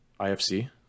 IFC